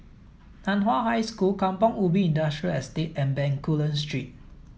Nan Hua High School Kampong Ubi Industrial Estate and Bencoolen Street